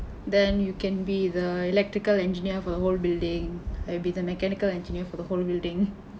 then you can be the electrical engineer for the whole building I be the mechanical engineer for the whole building